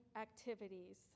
activities